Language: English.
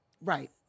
right